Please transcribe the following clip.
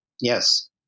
yes